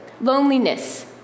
loneliness